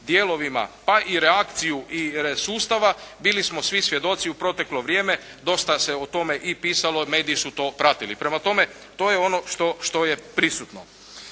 pa i reakciju sustava, bili smo svi svjedoci u proteklo vrijeme, dosta se o tome pisalo, mediji su to pratili. Prema tome to je ono što je prisutno.